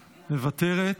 מוותרת,